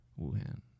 Wuhan